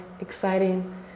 exciting